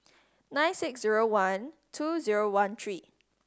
nine six zero one two zero one three